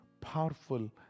powerful